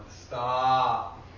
stop